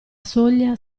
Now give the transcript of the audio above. soglia